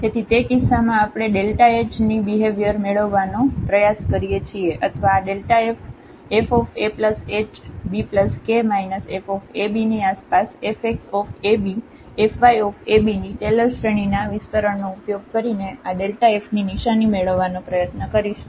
તેથી તે કિસ્સામાં આપણે આ hની બિહેવ્યર મેળવવાનો પ્રયાસ કરીએ છીએ અથવા આf fahbk fab ની આસપાસ fxab fyabની ટેલર શ્રેણીના વિસ્તરણનો ઉપયોગ કરીને આ f ની નિશાની મેળવવાનો પ્રયત્ન કરીશું